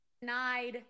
Denied